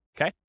okay